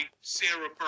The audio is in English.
Sarah